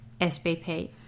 SBP